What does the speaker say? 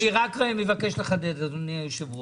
אני מבקש לחדד, אדוני היושב-ראש.